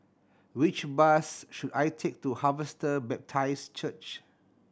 which bus should I take to Harvester Baptist Church